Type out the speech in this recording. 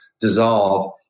dissolve